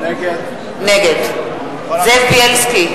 נגד זאב בילסקי,